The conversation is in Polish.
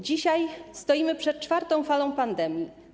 Dzisiaj stoimy przed czwartą falą pandemii.